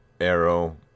Arrow